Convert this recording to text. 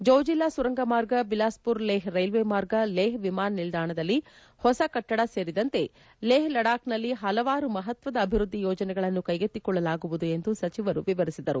ಜೋಜಿಲ್ಲಾ ಸುರಂಗ ಮಾರ್ಗ ಬಿಲಾಸ್ಪುರ ಲೇಹ್ ರೈಲ್ವೆ ಮಾರ್ಗ ಲೇಹ್ ವಿಮಾನ ನಿಲ್ದಾಣದಲ್ಲಿ ಹೊಸ ಕಟ್ಟಡ ಸೇರಿದಂತೆ ಲೇಹ್ ಲಡಾಕ್ನಲ್ಲಿ ಹಲವಾರು ಮಹತ್ವದ ಅಭಿವೃದ್ಧಿ ಯೋಜನೆಗಳನ್ನುಕೈಗೆತ್ತಿಕೊಳ್ಳಲಾಗುವುದು ಎಂದು ಸಚಿವರು ವಿವರಿಸಿದರು